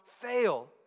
fail